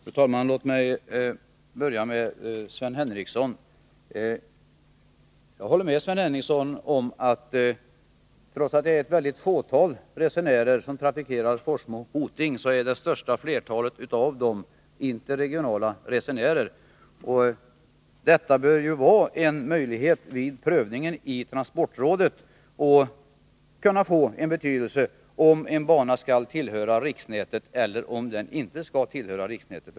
Fru talman! Låt mig börja med Sven Henricsson. Jag håller med honom om att flertalet av det fåtal resenärer som trafikerar banan Forsmo-Hoting är interregionala resenärer. Det bör vara möjligt att detta får betydelse vid prövningen i transportrådet av om en bana skall tillhöra riksnätet eller inte.